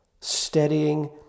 steadying